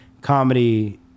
comedy